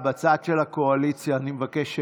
בצד של הקואליציה אני מבקש שקט.